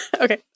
Okay